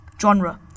genre